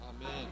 Amen